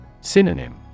Synonym